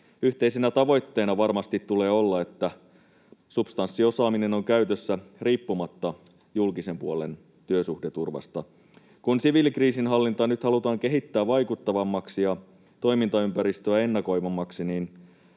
Yhteisenä tavoitteena varmasti tulee olla, että substanssiosaaminen on käytössä riippumatta julkisen puolen työsuhdeturvasta. Kun siviilikriisinhallintaa nyt halutaan kehittää vaikuttavammaksi ja toimintaympäristöä ennakoivammaksi,